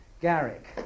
Garrick